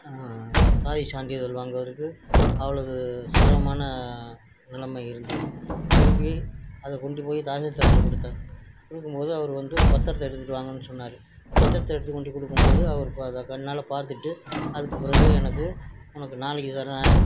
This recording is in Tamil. ஜாதி சான்றிதழ் வாங்குவதற்கு அவ்வளோவு சிரமமான நிலமை இருந்தது திரும்பி அதை கொண்டு போய் தாசில்தார்கிட்ட கொடுத்தேன் கொடுக்கும் போது அவரு வந்து பத்திரத்தை எடுத்துகிட்டு வாங்கன்னு சொன்னார் பத்திரத்தை எடுத்து கொண்டு கொடுக்கும் போது அவரு ப அதை கண்ணால் பார்த்துட்டு அதுக்கு பிறகு எனக்கு உனக்கு நாளைக்கு தரேன்